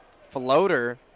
floater